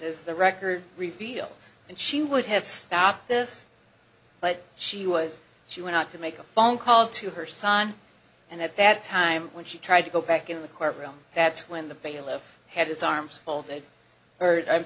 is the record reveals and she would have stopped this but she was she went out to make a phone call to her son and at that time when she tried to go back in the court room that's when the bailiff had its arms